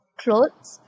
clothes